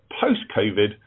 post-COVID